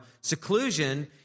seclusion